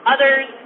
Others